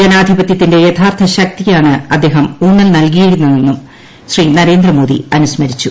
ജനാധിപതൃത്തിന്റെ യഥാർത്ഥ ശക്തിക്കാണ് അദ്ദേഹം ഊന്നൽ നൽകിയിരിക്കുന്നതെന്നും ശ്രീ നരേന്ദ്രമോദി അനുസ്മരിച്ചു